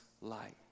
light